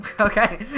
Okay